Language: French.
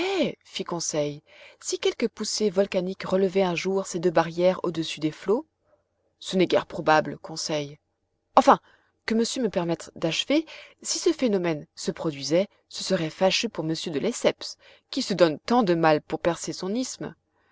fit conseil si quelque poussée volcanique relevait un jour ces deux barrières au-dessus des flots ce n'est guère probable conseil enfin que monsieur me permette d'achever si ce phénomène se produisait ce serait fâcheux pour monsieur de lesseps qui se donne tant de mal pour percer son isthme